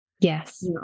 Yes